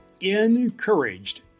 encouraged